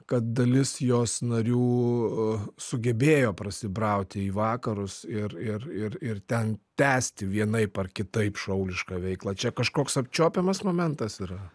kad dalis jos narių sugebėjo prasibrauti į vakarus ir ir ir ir ten tęsti vienaip ar kitaip šaulišką veiklą čia kažkoks apčiuopiamas momentas yra